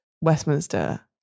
Westminster